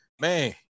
Man